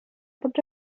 pot